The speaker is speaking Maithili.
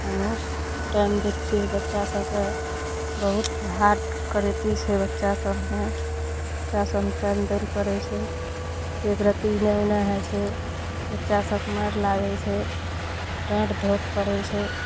हमहुॅं टाइम दै छियै बच्चा सबके बहुत हार्ड करबै छै बच्चा सबमे बच्चा सबमे टाइम दै लऽ पड़ै छै एकरती इने उने होइ छै बच्चा सबके माइर लागै छै डाँट धोक पड़ै छै